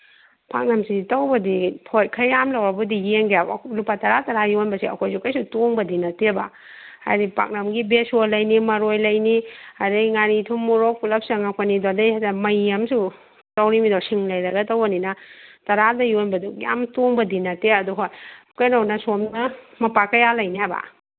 ꯄꯥꯛꯅꯝꯁꯤ ꯇꯧꯕꯗꯤ ꯍꯣꯏ ꯈꯔ ꯌꯥꯝ ꯂꯧꯔꯕꯨꯗꯤ ꯌꯦꯡꯒꯦꯕ ꯂꯨꯄꯥ ꯇꯔꯥ ꯇꯔꯥ ꯌꯣꯟꯕꯁꯦ ꯑꯩꯈꯣꯏꯁꯨ ꯀꯩꯁꯨ ꯇꯣꯡꯕꯗꯤ ꯅꯠꯇꯦꯕ ꯍꯥꯏꯗꯤ ꯄꯥꯛꯅꯝꯒꯤ ꯕꯦꯁꯣꯟ ꯂꯩꯅꯤ ꯃꯔꯣꯏ ꯂꯩꯅꯤ ꯑꯗꯒꯤ ꯉꯥꯔꯤ ꯊꯨꯝ ꯃꯣꯔꯣꯛ ꯄꯨꯂꯞ ꯆꯪꯉꯛꯄꯅꯤꯗꯣ ꯑꯗꯒꯤ ꯃꯩ ꯑꯝꯁꯨ ꯌꯥꯎꯔꯤꯝꯅꯤꯗꯣ ꯁꯤꯡ ꯂꯩꯔꯒ ꯇꯧꯕꯅꯤꯅ ꯇꯔꯥꯗ ꯌꯣꯟꯕꯗꯨ ꯌꯥꯝ ꯇꯣꯡꯕꯗꯤ ꯅꯠꯇꯦ ꯑꯗꯨ ꯍꯣꯏ ꯀꯩꯅꯣꯅ ꯁꯣꯝꯅ ꯃꯄꯥꯛ ꯀꯌꯥ ꯂꯩꯅꯤ ꯍꯥꯏꯕ